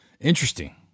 Interesting